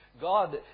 God